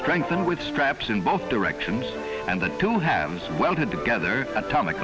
strengthened with straps in both directions and the two halves welded together atomic